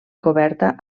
coberta